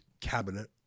cabinet